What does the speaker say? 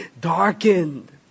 darkened